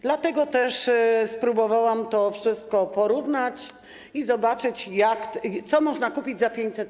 Dlatego też spróbowałam to wszystko porównać i zobaczyć, co można kupić za 500+.